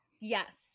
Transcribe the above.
Yes